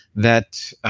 that